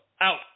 Out